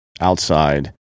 outside